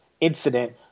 incident